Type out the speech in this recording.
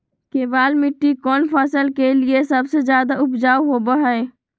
केबाल मिट्टी कौन फसल के लिए सबसे ज्यादा उपजाऊ होबो हय?